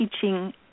teaching